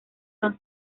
son